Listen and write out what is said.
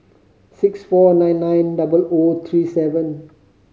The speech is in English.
six four nine nine double O three seven